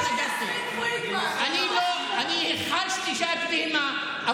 אני לא חושב שאת בהמה.